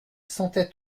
sentait